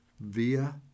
via